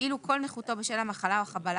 כאילו כל נכותו בשל המחלה או החבלה